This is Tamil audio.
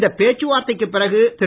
இந்த பேச்சுவார்த்தைக்குப் பிறகு திரு